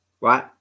right